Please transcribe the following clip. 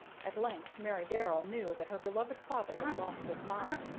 at length mary darrell knew that her beloved father had lost his mind,